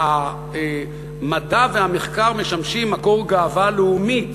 שהמדע והמחקר משמשים מקור גאווה לאומית